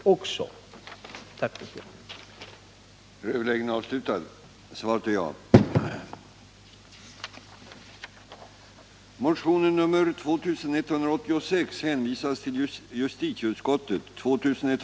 15 februari 1979